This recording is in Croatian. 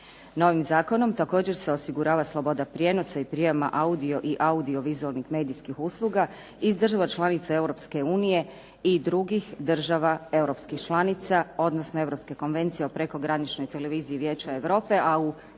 Novim zakonom također se osigurava sloboda prijenosa i prijama audio i audiovizualnih medijskih usluga, iz država članica Europske unije i drugih država europskih članica, odnosno Europske konvencije o prekograničnoj televiziji Vijeća Europe, a u